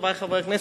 חברי חברי הכנסת,